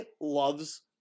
loves